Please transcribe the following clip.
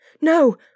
No